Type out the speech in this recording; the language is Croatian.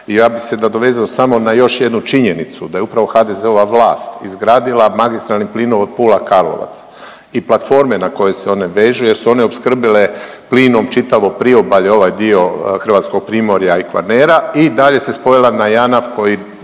I ja bi se nadovezao samo na još jednu činjenicu da je upravo HDZ-ova vlast izgradila magistralni plinovod Pula-Karlovac i platforme na koje se one vežu jer su one opskrbile plinom čitavo priobalje, ovaj dio Hrvatskog primorja i Kvarnera i dalje se spojila na Janaf koji